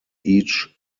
each